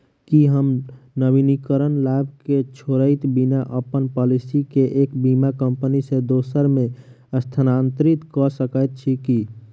की हम नवीनीकरण लाभ केँ छोड़इत बिना अप्पन पॉलिसी केँ एक बीमा कंपनी सँ दोसर मे स्थानांतरित कऽ सकैत छी की?